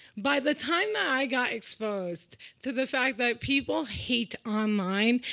by the time that i got exposed to the fact that people hate online,